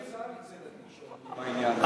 גם שצה"ל יוצא לתקשורת עם העניין הזה,